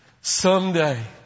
someday